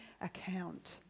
account